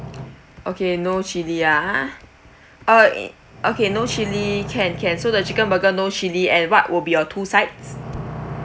okay no chili ah okay no chili can can so the chicken burger no chili and what will be your two sides